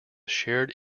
shared